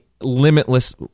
limitless